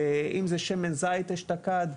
אם זה שמן זית אשתקד,